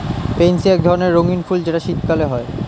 pansy এক ধরণের রঙ্গীন ফুল যেটা শীতকালে হয়